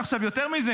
יותר מזה,